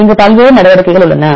அங்கு பல்வேறு நடவடிக்கைகள் உள்ளன